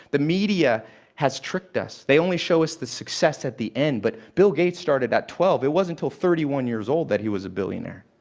the media has tricked us. they only show us the success at the end, but bill gates started at twelve. it wasn't until thirty one years old that he was a billionaire.